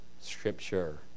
Scripture